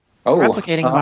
Replicating